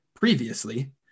previously